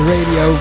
Radio